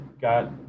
got